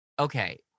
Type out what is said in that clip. okay